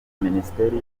minisiteri